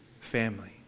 family